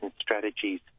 strategies